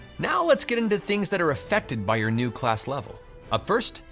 now let's get into things that are affected by your new class level. up first,